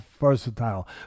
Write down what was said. versatile